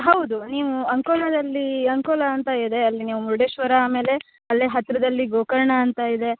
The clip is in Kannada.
ಹೌದು ನೀವೂ ಅಂಕೋಲದಲ್ಲಿ ಅಂಕೋಲ ಅಂತ ಇದೆ ಅಲ್ಲಿ ನೀವು ಮುರುಡೇಶ್ವರ ಆಮೇಲೆ ಅಲ್ಲೆ ಹತ್ತಿರದಲ್ಲಿ ಗೋಕರ್ಣ ಅಂತ ಇದೆ